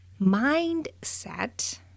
mindset